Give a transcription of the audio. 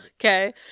Okay